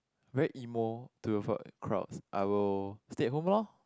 very emo to f~ crowd I will stay at home lor